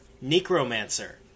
Necromancer